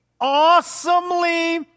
awesomely